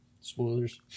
Spoilers